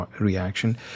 reaction